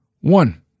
one